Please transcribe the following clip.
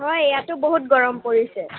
হয় ইয়াতো বহুত গৰম পৰিছে